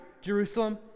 Jerusalem